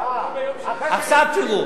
הגיוני.